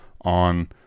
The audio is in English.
on